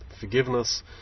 forgiveness